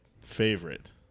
favorite